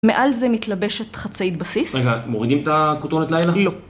מעל זה מתלבשת חצאית בסיס רגע, מורידים את הקוטונת לילה? לא